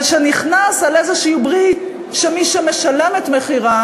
אבל נכנס על איזו ברית שמי שמשלם את מחירה